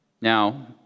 Now